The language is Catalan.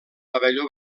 pavelló